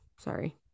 sorry